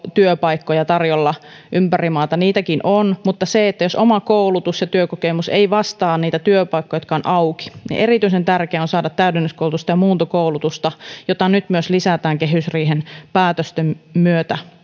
työpaikkoja tarjolla ympäri maata niin niitäkin on mutta jos oma koulutus ja työkokemus ei vastaa niitä työpaikkoja jotka ovat auki niin erityisen tärkeää on saada täydennyskoulutusta ja muuntokoulutusta joita myös nyt lisätään kehysriihen päätösten myötä